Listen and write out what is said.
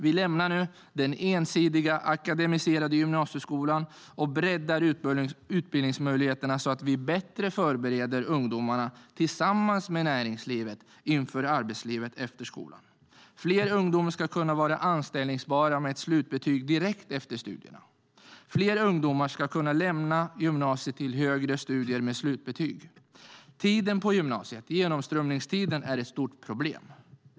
Vi lämnar nu den ensidiga akademiserade gymnasieskolan och breddar utbildningsmöjligheterna så att vi bättre förbereder ungdomarna tillsammans med näringslivet inför arbetslivet efter skolan. Fler ungdomar ska kunna vara anställbara med ett slutbetyg direkt efter studierna. Fler ungdomar ska kunna lämna gymnasiet med slutbetyg för högre studier. Tiden på gymnasiet, genomströmningstiden, är ett stort problem.